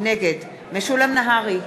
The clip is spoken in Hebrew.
נגד משולם נהרי,